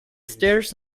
stairs